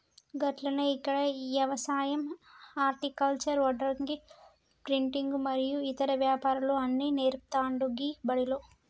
గట్లనే ఇక్కడ యవసాయం హర్టికల్చర్, వడ్రంగి, ప్రింటింగు మరియు ఇతర వ్యాపారాలు అన్ని నేర్పుతాండు గీ బడిలో